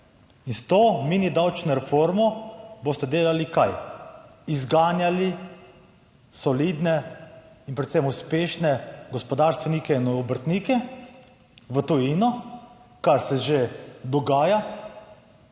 In s to mini davčno reformo boste delali kaj? Izganjali, solidne in predvsem uspešne gospodarstvenike in obrtnike v tujino, kar se že dogaja